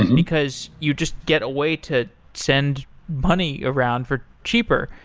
and because you just get away to send money around for cheaper,